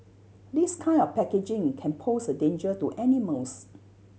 this kind of packaging can pose a danger to animals